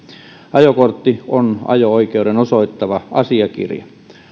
ajokortti on ajo oikeuden osoittava asiakirja